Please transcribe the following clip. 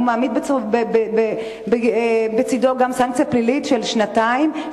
מעמיד בצדו גם סנקציה פלילית של שנתיים,